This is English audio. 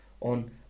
on